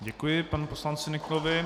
Děkuji panu poslanci Nyklovi.